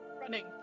Running